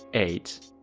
eight.